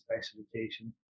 specification